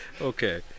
Okay